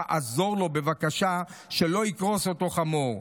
תעזור לו, בבקשה, שלא יקרוס אותו חמור.